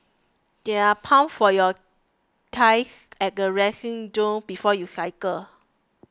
there are pumps for your tyres at the resting zone before you cycle